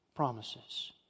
promises